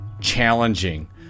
challenging